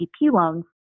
loans